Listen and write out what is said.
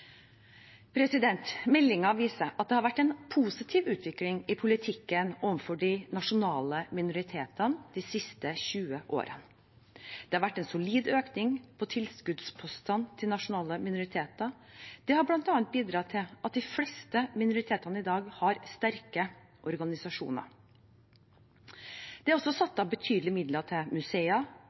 viser at det har vært en positiv utvikling i politikken overfor de nasjonale minoritetene de siste 20 årene. Det har vært en solid økning på tilskuddspostene til nasjonale minoriteter, og det har bl.a. bidratt til at de fleste minoritetene i dag har sterke organisasjoner. Det er også satt av betydelige midler til museer,